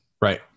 Right